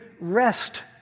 rest